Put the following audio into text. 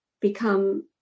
become